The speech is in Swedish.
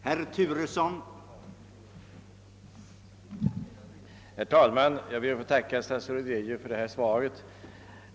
Herr talman! Jag ber att få tacka statsrådet Geijer för svaret.